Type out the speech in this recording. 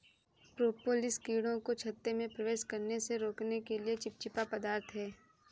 propolis कीड़ों को छत्ते में प्रवेश करने से रोकने के लिए चिपचिपा पदार्थ है